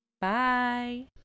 Bye